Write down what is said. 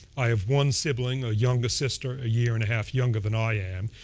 i have one sibling, a younger sister, a year and a half younger than i am.